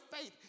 faith